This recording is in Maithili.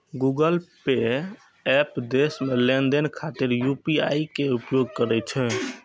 गूगल पे एप देश मे लेनदेन खातिर यू.पी.आई के उपयोग करै छै